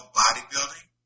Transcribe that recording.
bodybuilding